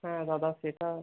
হ্যাঁ দাদা সেটা